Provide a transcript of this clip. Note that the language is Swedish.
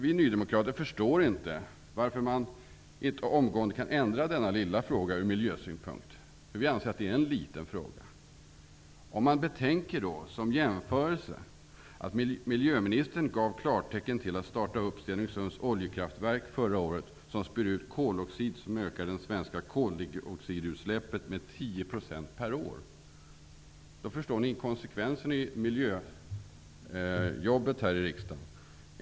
Vi nydemokrater förstår inte varför denna lilla fråga inte kan åtgärdas ur miljösynpunkt. Vi anser att det är en liten fråga. Detta kan jämföras med att miljöministern gav klartecken att starta Stenungsunds oljekraftverk förra året, vilket spyr ut koloxid som ökar koldioxidutsläppen i Sverige med 10 % per år. Då förstår man konsekvensen för miljöjobbet här i riksdagen.